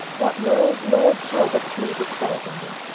what wills lord talbot, pleaseth burgonie